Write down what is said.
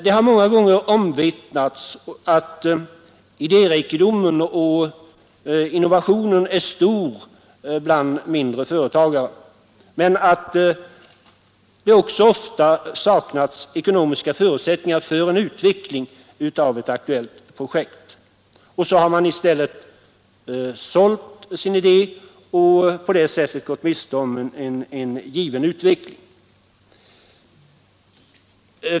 Det har många gånger omvittnats att idérikedomen och innovationsförmågan är stor bland mindre företagare men att det ofta saknats ekonomiska förutsättningar för utveckling av ett aktuellt projekt. Så har man kanske i stället sålt sin idé och på det sättet gått miste om en given utveckling.